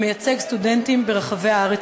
המייצג סטודנטים בכל רחבי הארץ.